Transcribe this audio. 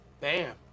Bam